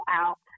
out